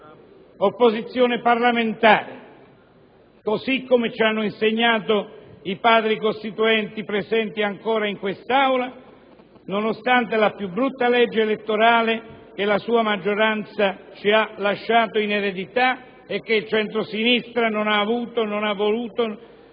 un'opposizione parlamentare, così come ci hanno insegnato i Padri costituenti presenti ancora in quest'Aula, nonostante la più brutta legge elettorale che la sua maggioranza ci ha lasciato in eredità e che il centrosinistra non ha voluto e saputo